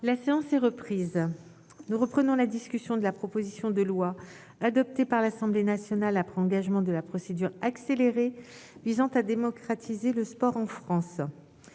La séance est reprise. Nous reprenons la discussion de la proposition de loi, adoptée par l'Assemblée nationale après engagement de la procédure accélérée, visant à démocratiser le sport en France.